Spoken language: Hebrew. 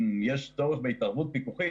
כי יש צורך בהתערבות פיקוחית,